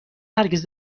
هرگز